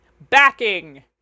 backing